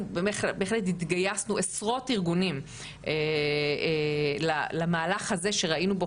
בהחלט התגייסנו עשרות ארגונים למהלך הזה שראינו בו